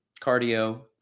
cardio